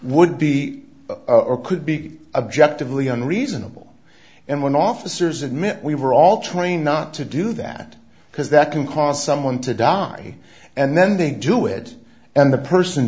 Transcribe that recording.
would be or could be objective leon reasonable and when officers admit we were all trained not to do that because that can cause someone to die and then they do it and the person